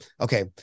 okay